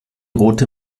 rote